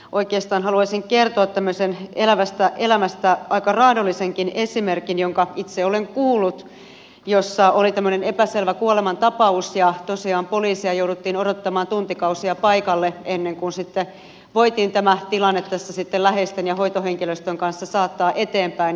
oikeastaan haluaisin kertoa tämmöisen aika raadollisenkin esimerkin elävästä elämästä jonka itse olen kuullut jossa oli tämmöinen epäselvä kuolemantapaus ja tosiaan poliisia jouduttiin odottamaan tuntikausia paikalle ennen kuin sitten voitiin tämä tilanne läheisten ja hoitohenkilöstön kanssa saattaa eteenpäin